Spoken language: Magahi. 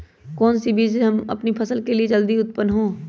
कौन सी बीज ले हम अपनी फसल के लिए जो जल्दी उत्पन हो?